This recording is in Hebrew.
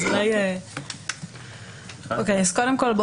קודם כול,